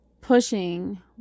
pushing